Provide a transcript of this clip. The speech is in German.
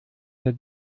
der